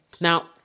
Now